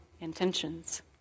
intentions